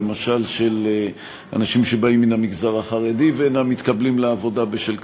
למשל של אנשים שבאים מן המגזר החרדי ואינם מתקבלים לעבודה בשל כך,